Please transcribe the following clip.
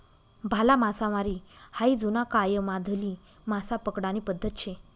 भाला मासामारी हायी जुना कायमाधली मासा पकडानी पद्धत शे